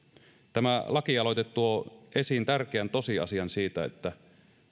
tämä lakialoite tuo esiin sen tosiasian että